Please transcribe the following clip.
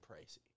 pricey